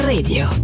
Radio